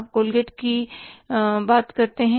आप कोलगेट की बात करते हैं